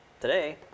today